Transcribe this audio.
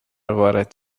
وارد